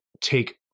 take